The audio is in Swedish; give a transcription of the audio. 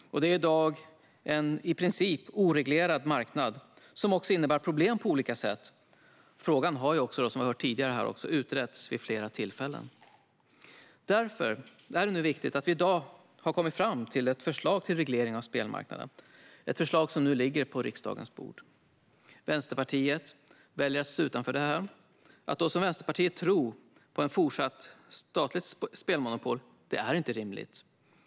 Detta är i dag en i princip oreglerad marknad, som också innebär problem på olika sätt. Frågan har också, som vi hört tidigare, utretts vid flera tillfällen. Därför är det viktigt att vi nu i dag har kommit fram till ett förslag till reglering av spelmarknaden, som nu ligger på riksdagens bord. Vänsterpartiet väljer att stå utanför detta. Att som Vänsterpartiet tro på ett fortsatt statligt spelmonopol är inte rimligt.